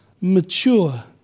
mature